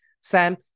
sam